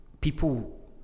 People